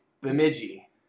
Bemidji